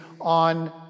on